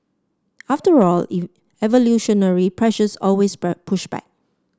after all evolutionary pressures always push back